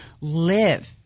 live